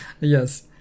Yes